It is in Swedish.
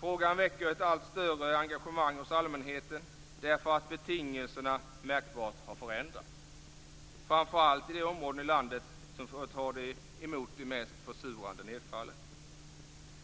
Frågan väcker ett allt större engagemang hos allmänheten därför att betingelserna märkbart har förändrats framför allt i de områden i landet som får ta emot de mest försurande nedfallen.